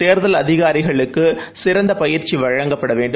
தேர்தல் அதிகாரிகளுக்குசிறந்தபயிற்சிவழங்கப்படவேண்டும்